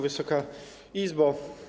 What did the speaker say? Wysoka Izbo!